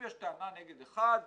אם יש טענה נגד אחד,